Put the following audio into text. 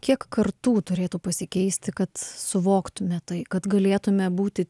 kiek kartų turėtų pasikeisti kad suvoktume tai kad galėtume būti